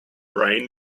rain